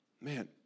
Man